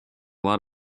lot